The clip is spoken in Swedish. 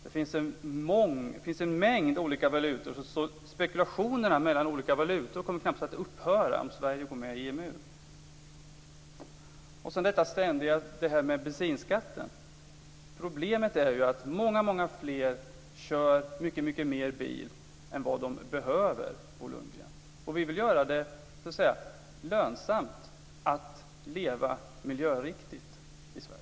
Det finns en mängd olika valutor, så spekulationerna mellan olika valutor kommer knappast att upphöra om Sverige går med i EMU. När det gäller bensinskatten är ju problemet att många kör mycket mer bil än vad de behöver. Vi vill göra det lönsamt att leva miljöriktigt i Sverige.